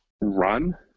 run